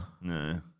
No